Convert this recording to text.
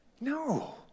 No